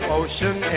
ocean